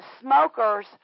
smokers